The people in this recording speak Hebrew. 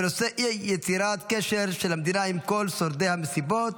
בנושא: אי-יצירת קשר של המדינה עם כל שורדי המסיבות.